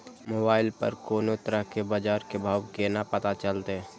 Mobile पर कोनो तरह के बाजार के भाव केना पता चलते?